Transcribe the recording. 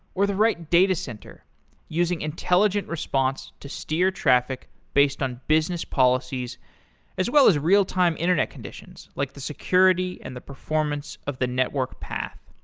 or the right datacenter using intelligent response to steer traffic based on business policies as well as real time internet conditions, like the security and the performance of the network path.